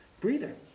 breather